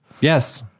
yes